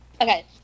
Okay